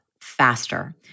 faster